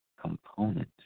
component